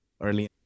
early